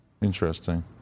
Interesting